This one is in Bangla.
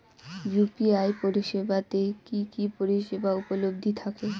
ইউ.পি.আই পরিষেবা তে কি কি পরিষেবা উপলব্ধি থাকে?